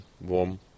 warm